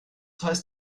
heißt